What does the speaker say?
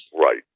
right